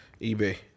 Ebay